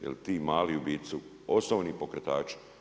Jer ti mali u biti su osnovni pokretači.